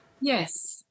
Yes